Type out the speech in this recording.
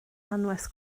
anwes